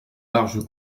large